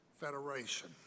Federation